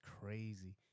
crazy